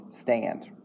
stand